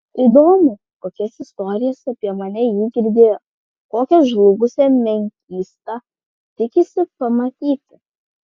įdomu kokias istorijas apie mane ji girdėjo kokią žlugusią menkystą tikisi pamatyti